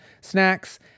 Snacks